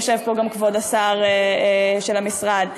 יושב פה גם כבוד השר של המשרד.